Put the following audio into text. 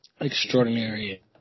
extraordinary